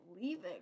leaving